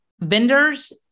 Vendors